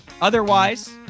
Otherwise